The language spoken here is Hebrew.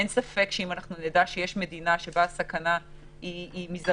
אין ספק שאם אנחנו נדע שיש מדינה שבה הם בודקים והסכנה היא מזערית